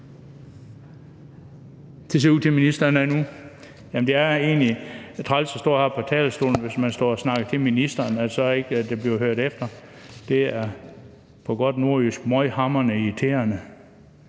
Det ser det ud til at ministeren er nu. Det er egentlig træls at stå heroppe på talerstolen og snakke til ministeren, hvis der så ikke bliver hørt efter. Det er på godt nordjysk møghamrende irriterende.